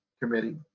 committee